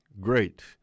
great